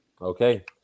Okay